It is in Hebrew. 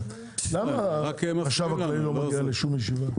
למה אגף החשב הכללי לא מגיע לשום ישיבה?